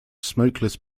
smokeless